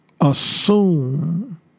assume